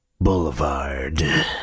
Boulevard